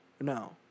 No